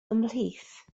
ymhlith